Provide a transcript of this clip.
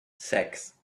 sacks